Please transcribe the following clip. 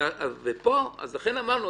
לכן אמרנו,